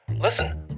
Listen